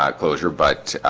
um closure, but